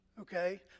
Okay